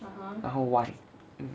然后 Y